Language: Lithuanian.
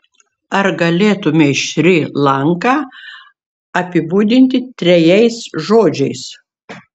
ar galėtumei šri lanką apibūdinti trejais žodžiais